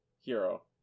Hero